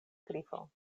grifo